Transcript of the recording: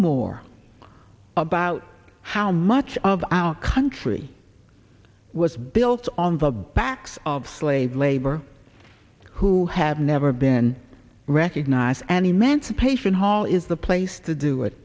more about how much of our country was built on the backs of slave labor who have never been recognized and emancipation hall is the place to do